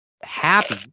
Happy